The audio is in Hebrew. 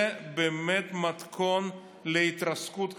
זה באמת מתכון להתרסקות כלכלית,